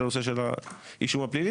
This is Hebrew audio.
לנושא של האישום הפלילי,